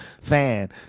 fan